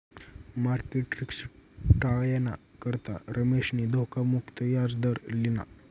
market risk टायाना करता रमेशनी धोखा मुक्त याजदर लिना